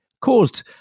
caused